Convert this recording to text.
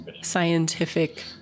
scientific